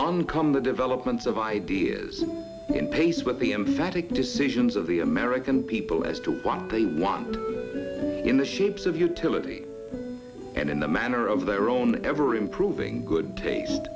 on come the developments of ideas in pace with the emphatic decisions of the american people as to what they want in the shapes of utility and in the manner of their own ever improving good taste